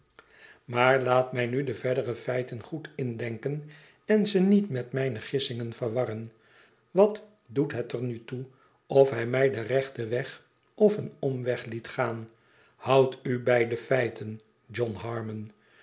maar laat mij nu de verdere feiten goed indenken en ze niet met mijne gissingen verwarren wat doet het er nu toe of hij mij den rechten weg of een omweg liet gaan houd u bij de feiten john harmon